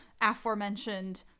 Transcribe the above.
aforementioned